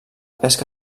pesca